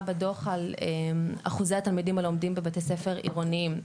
בדו"ח על אחוזי התלמידים הלומדים בבתי ספר עירוניים,